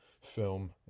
film